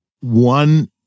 one